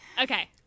okay